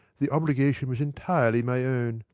the obligation was entirely my own.